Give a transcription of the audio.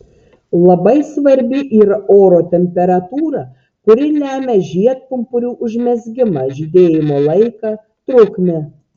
labai svarbi yra oro temperatūra kuri lemia žiedpumpurių užmezgimą žydėjimo laiką trukmę